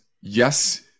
yes